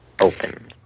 open